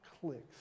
clicks